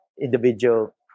individual